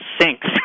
sinks